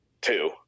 Two